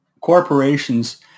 corporations